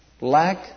lack